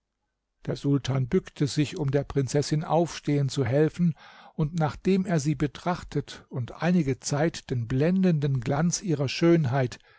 der sultan bückte sich um der prinzessin aufstehen zu helfen und nachdem er sie betrachtet und einige zeit den blendenden glanz ihrer schönheit